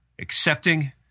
accepting